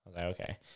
okay